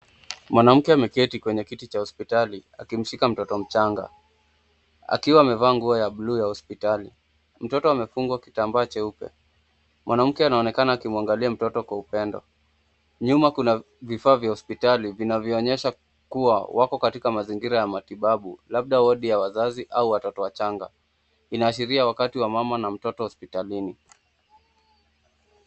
Mwanamke ameketi kwenye kiti cha hospitali akimshika mtoto mchanga. Akiwa amevaa nguo ya bluu ya hospitali. Mtoto amefungwa kitambaa cheupe. Mwanamke anaonekana akimwangalia mtoto kwa upendo. Nyuma kuna vifaa vya hospitali vinavyoonyesha kuwa wako katika mazingira ya matibabu. Labda wodi ya wazazi au watoto wachanga. Inaashiria wakati wa mama na mtoto hospitalini.